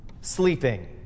Sleeping